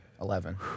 Eleven